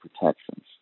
protections